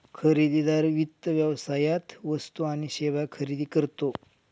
खरेदीदार वित्त व्यवसायात वस्तू आणि सेवा खरेदी करतो